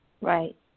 Right